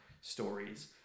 stories